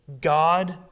God